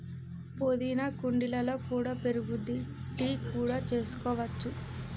పుదీనా కుండీలలో కూడా పెరుగుద్ది, టీ కూడా చేసుకోవచ్చు